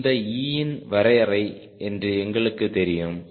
இது E இன் வரையறை என்று எங்களுக்குத் தெரியும்